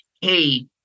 hey